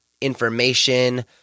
information